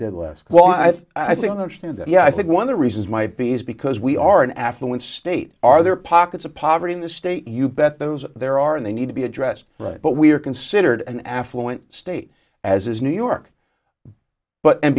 did less well i i think that yeah i think one of the reasons might be is because we are an affluent state are there are pockets of poverty in the state you bet those there are and they need to be addressed but we are considered an affluent state as is new york but and